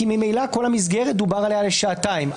כי ממילא כל המסגרת שדובר עליה היא שעתיים.